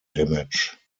damage